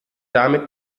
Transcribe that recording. damit